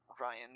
Ryan